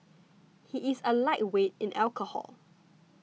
he is a lightweight in alcohol